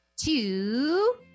Two